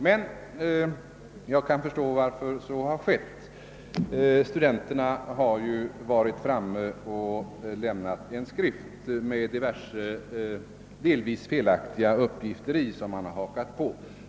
Men jag kan förstå varför så har skett; studenterna har varit framme och lämnat en skrift innehållande en del riktiga och en del felaktiga uppgifter.